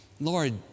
Lord